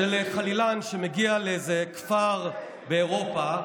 על חלילן שמגיע לאיזה כפר באירופה,